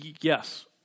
Yes